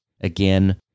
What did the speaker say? again